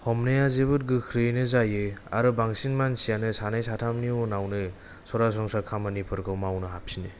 हमनाया जोबोद गोख्रैयैनो जायो आरो बांसिन मानसियानो सानै साथामनि उनावनो सरासनस्रा खामानिफोरखौ मावनो हाफिनो